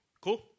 Cool